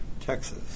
Texas